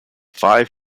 five